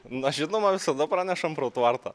na žinoma visada pranešam pro tvartą